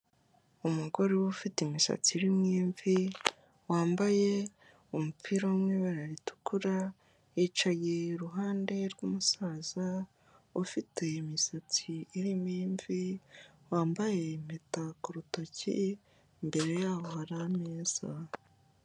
Umugore uba ufite imisatsi irimo imvi, wambaye umupira wo mu ibara ritukura, yicaye iruhande rw'umusaza, ufite imisatsi irimo imvi, wambaye impeta ku rutoki, imbere y'abo hari ameza.